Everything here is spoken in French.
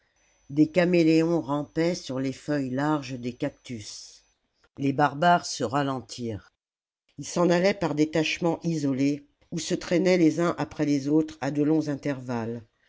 des caméléons rampaient sur les feuilles larges des cactus les barbares se ralentirent ils s'en allaient par détachements isolés ou se traînaient les uns après les autres à de longs intervalles